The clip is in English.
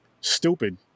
Stupid